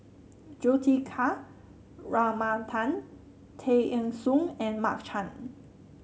Juthika Ramanathan Tay Eng Soon and Mark Chan